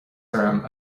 orm